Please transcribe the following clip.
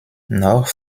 noch